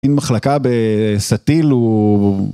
אם מחלקה בסטיל הוא...